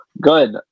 Good